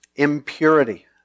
Impurity